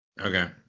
Okay